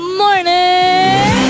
morning